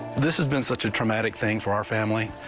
this has been such a traumatic thing for our family.